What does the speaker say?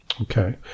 Okay